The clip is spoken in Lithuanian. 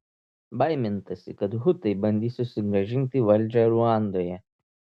baimintasi kad hutai bandys susigrąžinti valdžią ruandoje